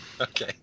Okay